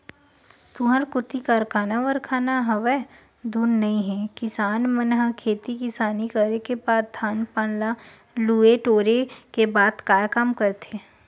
तुँहर कोती कारखाना वरखाना हवय धुन नइ हे किसान मन ह खेती किसानी करे के बाद धान पान ल लुए टोरे के बाद काय काम करथे?